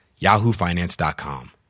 yahoofinance.com